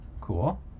Cool